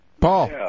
Paul